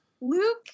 luke